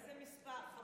איזה מספר.